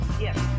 Yes